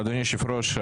אדוני היושב ראש,